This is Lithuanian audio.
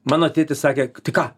mano tėtis sakė ką